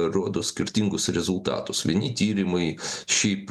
rodo skirtingus rezultatus vieni tyrimai šiaip